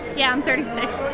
yeah, i'm thirty six